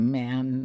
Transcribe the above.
man